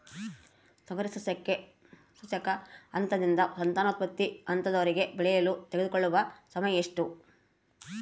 ತೊಗರಿ ಸಸ್ಯಕ ಹಂತದಿಂದ ಸಂತಾನೋತ್ಪತ್ತಿ ಹಂತದವರೆಗೆ ಬೆಳೆಯಲು ತೆಗೆದುಕೊಳ್ಳುವ ಸಮಯ ಎಷ್ಟು?